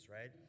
Right